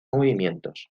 movimientos